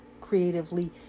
creatively